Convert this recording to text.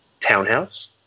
townhouse